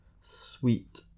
sweet